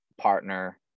partner